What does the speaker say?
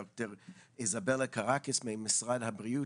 ד"ר איזבלה קרקיס ממשרד הבריאות.